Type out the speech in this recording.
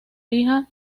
hija